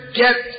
get